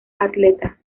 atleta